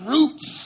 Roots